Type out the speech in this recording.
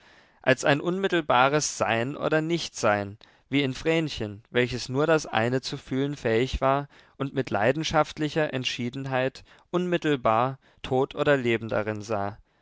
als ein unmittelbares sein oder nichtsein wie in vrenchen welches nur das eine zu fühlen fähig war und mit leidenschaftlicher entschiedenheit unmittelbar tod oder leben darin sah